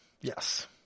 Yes